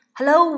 Hello